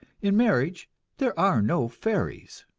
in marriage there are no fairies.